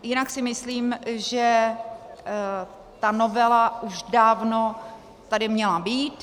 Jinak si myslím, že ta novela už dávno tady měla být.